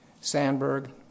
Sandberg